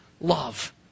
love